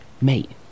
Mate